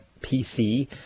PC